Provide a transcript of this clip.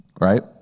Right